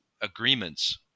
agreements